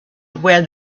where